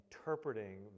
interpreting